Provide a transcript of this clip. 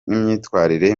n’imyitwarire